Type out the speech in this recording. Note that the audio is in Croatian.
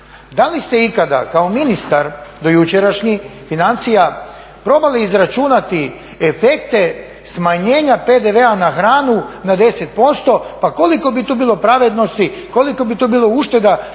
Da li ste ikada kao ministar, dojučerašnji, financija probali izračunati efekte smanjenja PDV-a na hranu na 10%, pa koliko bi tu bilo pravednosti, koliko bi tu bilo ušteda,